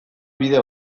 bide